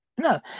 No